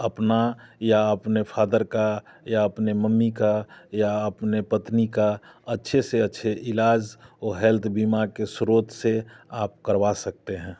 अपना या अपने फ़ादर का या अपने मम्मी का या अपनी पत्नी का अच्छा से अच्छा इलाज वह हेल्थ बीमा के श्रोत से आप करवा सकते हैं